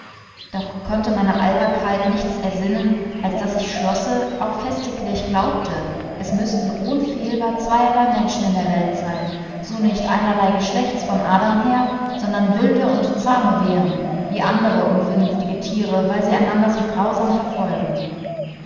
doch konnte meine alberkeit nichts ersinnen als daß ich schlosse auch festiglich glaubte es müßten ohnfehlbar zweierlei menschen in der welt sein so nicht einerlei geschlechts von adam her sondern wilde und zahme wären wie andere unvernünftige tiere weil sie einander so grausam verfolgen